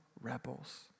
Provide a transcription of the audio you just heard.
rebels